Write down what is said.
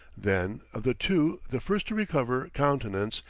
then, of the two the first to recover countenance,